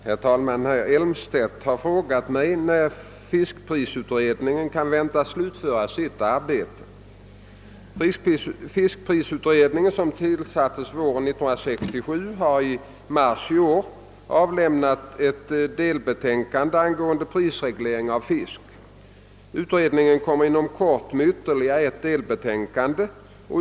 Herr talman! Herr Elmstedt har fråsat mig när fiskprisutredningen kan väntas slutföra sitt arbete. Fiskprisutredningen som = tillsattes hösten 1967 har i mars i år avlämnat ett delbetänkande angående prisregleringen av fisk. Utredningen kommer inom kort med ytterligare ett delbetänkande.